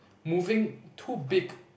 moving too big